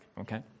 okay